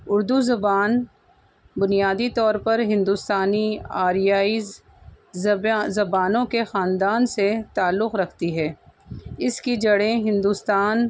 اردو زبان بنیادی طور پر ہندوستانی آریائی زبان زبانوں کے خاندان سے تعلق رکھتی ہے اس کی جڑیں ہندوستان